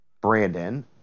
Brandon